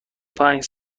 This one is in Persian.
پنج